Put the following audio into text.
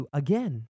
again